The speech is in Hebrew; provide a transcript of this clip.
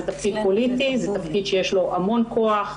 זה תפקיד פוליטי, זה תפקיד שיש לו המון כוח,